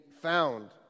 found